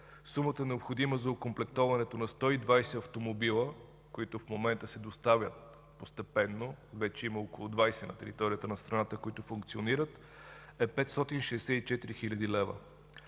Сумата, необходима за окомплектоването на 120 автомобила, които в момента се доставят постепенно, вече има около 20 на територията на страната, които функционират, е 564 хил. лв.